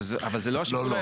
אבל זה לא השיקול היחיד.